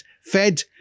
fed